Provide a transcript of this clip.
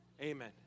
Amen